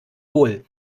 hohl